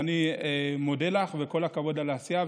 אני מודה לך וכל הכבוד על העשייה.